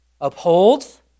upholds